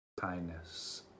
kindness